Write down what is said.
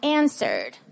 answered